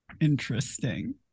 Interesting